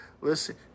listen